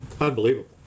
unbelievable